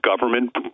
government